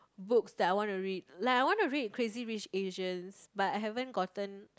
books that I want to read like I want to read Crazy-Rich-Asians but I haven't gotten